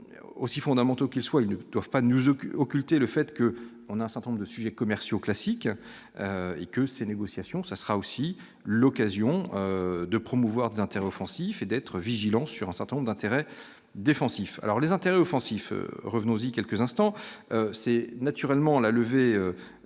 aussi fondamentaux qui soit, ils ne doivent pas nous occuper occulter le fait que, on a un certain nombre de sujets commerciaux classiques et que ces négociations, ça sera aussi l'occasion de promouvoir des intérêts offensifs et d'être vigilants sur un certain nombre d'intérêts défensifs alors les intérêts offensifs revenons aussi quelques instants c'est naturellement la levée